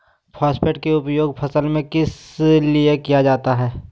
Phosphate की उपयोग फसल में किस लिए किया जाता है?